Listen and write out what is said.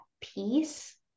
peace